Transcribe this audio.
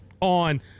on